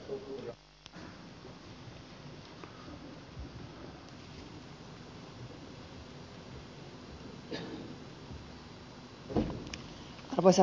arvoisa puhemies